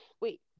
wait